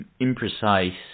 imprecise